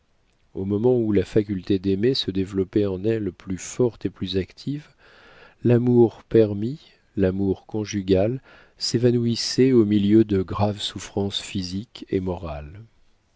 au moment où la faculté d'aimer se développait en elle plus forte et plus active l'amour permis l'amour conjugal s'évanouissait au milieu de graves souffrances physiques et morales